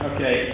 Okay